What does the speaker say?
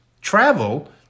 travel